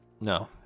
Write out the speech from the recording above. no